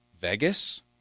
Vegas